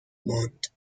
ماند